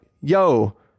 yo